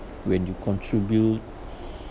when you contribute